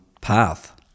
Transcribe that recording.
path